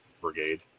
brigade